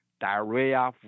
diarrhea